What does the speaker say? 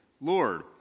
Lord